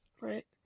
Right